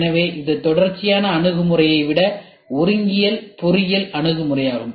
எனவே இது தொடர்ச்சியான அணுகுமுறையை விட ஒருங்கியல் பொறியியல் அணுகுமுறையாகும்